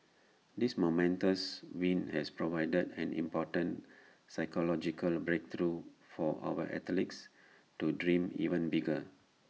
this momentous win has provided an important psychological breakthrough for our athletes to dream even bigger